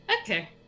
Okay